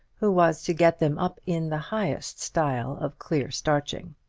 who was to get them up in the highest style of clear-starching.